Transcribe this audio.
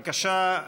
בבקשה,